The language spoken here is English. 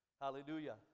Hallelujah